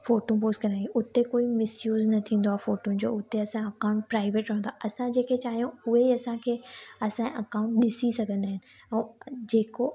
photo post करण खे उते कोई मिसयूस न थींदो आहे फोटूनि जो उते असां अकाउंट प्राईवेट रहंदो आहे असां जेके चाहियूं उहे ई असांखे असांजा अकाउंट ॾिसी सघंदा आहिनि ऐं जेको